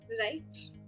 right